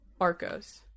Arcos